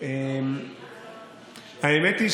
חייבים דחוף,